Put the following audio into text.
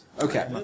Okay